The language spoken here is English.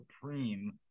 supreme